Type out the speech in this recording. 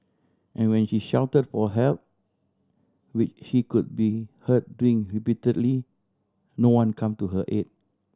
and when she shouted for help which she could be heard doing repeatedly no one come to her aid